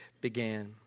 began